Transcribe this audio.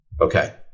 Okay